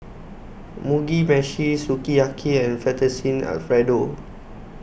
Mugi Meshi Sukiyaki and Fettuccine Alfredo